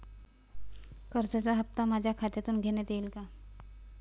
कर्जाचा हप्ता माझ्या खात्यातून घेण्यात येईल का?